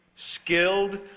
skilled